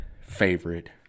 favorite